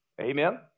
Amen